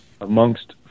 amongst